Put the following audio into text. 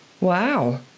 Wow